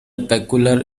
peculiar